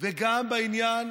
וגם בעניין